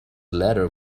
letter